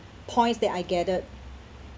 points that I gathered